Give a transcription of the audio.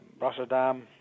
Rotterdam